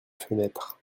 fenêtres